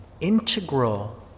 integral